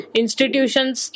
institutions